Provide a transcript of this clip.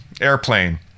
Airplane